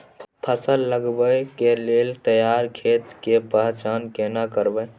फसल लगबै के लेल तैयार खेत के पहचान केना करबै?